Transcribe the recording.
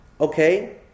okay